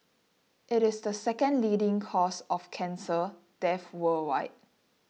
it is the second leading cause of cancer death worldwide